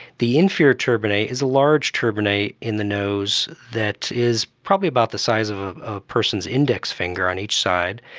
the inferior turbinate is a large turbinate in the nose that is probably about the size of a person's index finger on each side,